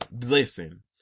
Listen